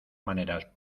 maneras